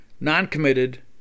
non-committed